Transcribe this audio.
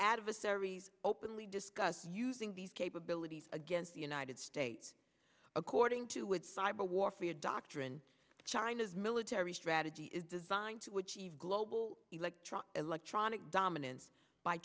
adversaries openly discussed using these capabilities against the united states according to would cyber warfare doctrine china's military strategy is designed to achieve global electronic electronic dominance by